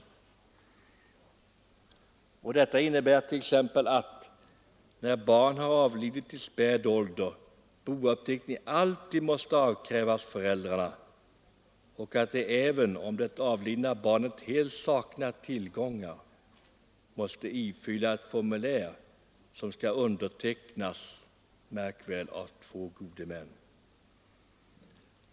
Detta innebär t.ex. att, när ett barn har avlidit i späd ålder, bouppteckning alltid måste avkrävas föräldrarna och att de även om det avlidna barnet helt saknar tillgångar måste ifylla ett formulär som skall undertecknas av två gode män.